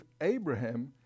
Abraham